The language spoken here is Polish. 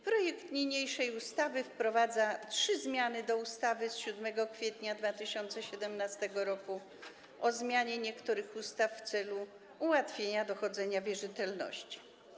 Projekt niniejszej ustawy wprowadza trzy zmiany do ustawy z 7 kwietnia 2017 r. o zmianie niektórych ustaw w celu ułatwienia dochodzenia wierzytelności.